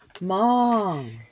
Mom